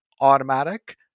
automatic